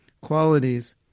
qualities